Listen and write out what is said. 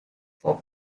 for